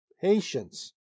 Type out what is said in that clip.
patience